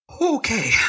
Okay